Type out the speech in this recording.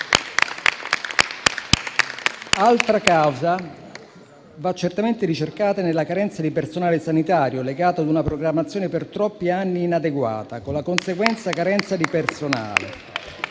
Altra causa va certamente ricercata nella carenza di personale sanitario, legata ad una programmazione per troppi anni inadeguata, con la conseguente carenza di personale.